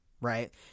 right